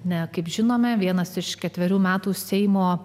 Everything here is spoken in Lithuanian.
ne kaip žinome vienas iš ketverių metų seimo